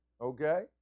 Okay